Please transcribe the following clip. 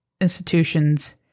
institutions